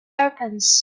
opens